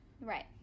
right